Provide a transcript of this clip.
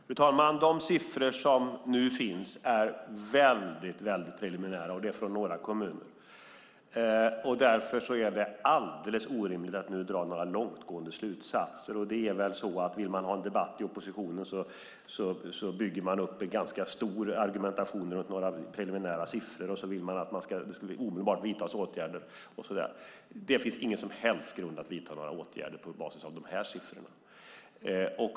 Fru talman! De siffror som nu finns är väldigt preliminära. De är från några kommuner. Därför är det alldeles orimligt att nu dra några långtgående slutsatser. Det är väl så att oppositionen vill ha en debatt. Då bygger man upp en ganska stor argumentation runt några preliminära siffror och vill att det omedelbart ska vidtas åtgärder. Det finns ingen som helst grund för att vidta några åtgärder på basis av de här siffrorna.